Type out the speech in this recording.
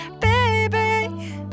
baby